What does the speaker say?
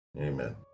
Amen